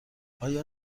آیا